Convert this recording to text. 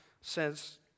says